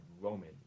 Roman